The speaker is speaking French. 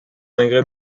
agrès